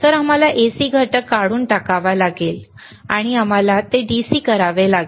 तर आम्हाला AC घटक काढून टाकावा लागेल आणि आम्हाला ते DC करावे लागेल